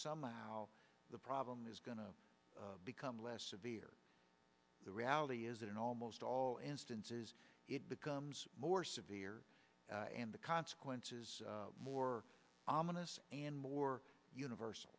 somehow the problem it is going to become less severe the reality is that in almost all instances it becomes more severe and the consequence is more ominous and more universal